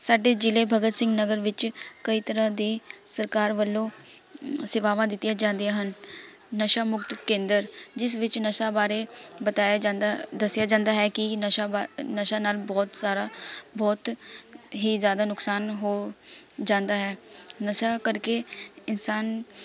ਸਾਡੇ ਜ਼ਿਲ੍ਹੇ ਬਗਤ ਸਿੰਘ ਨਗਰ ਵਿੱਚ ਕਈ ਤਰ੍ਹਾਂ ਦੀ ਸਰਕਾਰ ਵੱਲੋਂ ਸੇਵਾਵਾਂ ਦਿੱਤੀਆਂ ਜਾਂਦੀਆ ਹਨ ਨਸ਼ਾ ਮੁਕਤ ਕੇਂਦਰ ਜਿਸ ਵਿੱਚ ਨਸ਼ਾ ਬਾਰੇ ਬਤਾਇਆ ਜਾਂਦਾ ਦੱਸਿਆ ਜਾਂਦਾ ਹੈ ਕਿ ਨਸ਼ਾ ਬਾ ਨਸ਼ਾ ਨਾਲ਼ ਬਹੁਤ ਸਾਰਾ ਬਹੁਤ ਹੀ ਜ਼ਿਆਦਾ ਨੁਕਸਾਨ ਹੋ ਜਾਂਦਾ ਹੈ ਨਸ਼ਾ ਕਰਕੇ ਇਨਸਾਨ